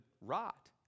rot